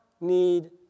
need